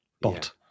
bot